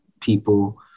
people